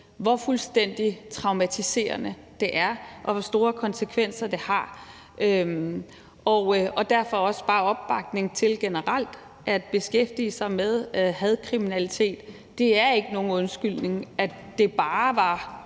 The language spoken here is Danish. hvor fuldstændig traumatiserende det er, og hvor store konsekvenser det har, og derfor også give opbakning til generelt at beskæftige sig med hadkriminalitet. Det er ikke nogen undskyldning at sige, at det bare var